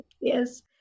Yes